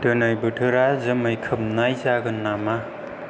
दिनै बोथोरा जोमै खोबनाय जागोन नामा